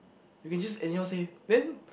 you can just anyhow say then